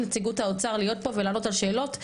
נציגות האוצר להיות פה ולענות על השאלות,